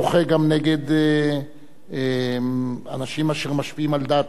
מוחה גם נגד אנשים אשר משפיעים על דעת